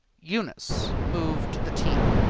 eunice moved to the tee.